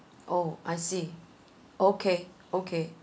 oh I see okay okay